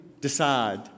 decide